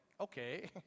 okay